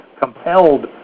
compelled